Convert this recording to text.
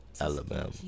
Alabama